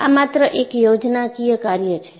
આ માત્ર એક યોજનાકીય કાર્ય છે